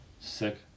sick